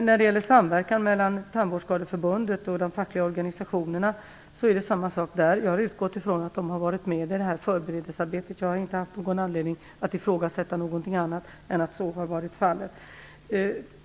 När det gäller samverkan mellan Tandvårdsskadeförbundet och de fackliga organisationerna är det samma sak. Jag har utgått från att de har varit med i förberedelsearbetet. Jag har inte haft anledning att tro någonting annat än att så har varit fallet.